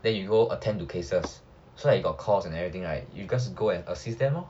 then you go attend to cases so like you got calls and everything right you just go and assist them lor